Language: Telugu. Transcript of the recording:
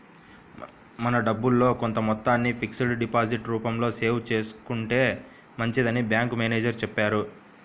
మన డబ్బుల్లో కొంత మొత్తాన్ని ఫిక్స్డ్ డిపాజిట్ రూపంలో సేవ్ చేసుకుంటే మంచిదని బ్యాంకు మేనేజరు చెప్పారు